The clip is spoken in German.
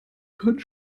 können